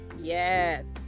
Yes